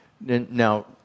Now